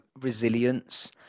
resilience